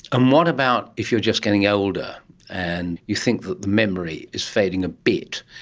um what about if you're just getting older and you think that the memory is fading a bit?